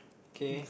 okay